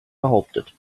behauptet